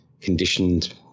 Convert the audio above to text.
conditioned